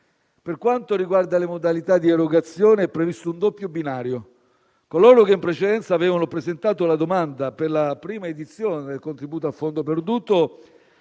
Per quanto riguarda le modalità di erogazione, è previsto un doppio binario: coloro che in precedenza avevano presentato la domanda per la prima edizione del contributo a fondo perduto